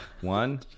One